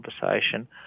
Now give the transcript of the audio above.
conversation